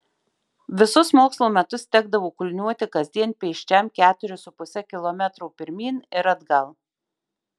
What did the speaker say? visus mokslo metus tekdavo kulniuoti kasdien pėsčiam keturis su puse kilometro pirmyn ir atgal